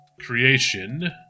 creation